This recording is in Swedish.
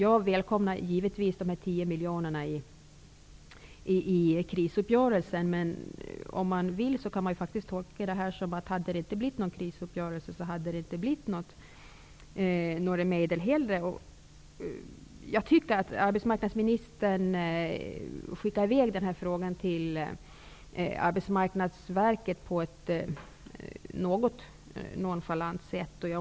Jag välkomnar givetvis de tio miljonerna i och med krisuppgörelsen, men om man vill skulle man kunna tolka svaret så, att om det inte hade kommit någon krisuppgörelse till stånd hade inga medel heller tilldelats. Jag tycker att arbetsmarknadsministern skickade i väg frågan till Arbetsmarknadsverket på ett något nonchalant sätt.